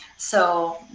so